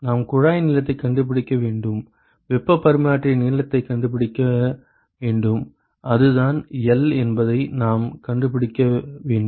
நாம் குழாய் நீளத்தைக் கண்டுபிடிக்க வேண்டும் வெப்பப் பரிமாற்றியின் நீளத்தைக் கண்டுபிடிக்க வேண்டும் அதுதான் L என்பதை நாம் கண்டுபிடிக்க வேண்டும்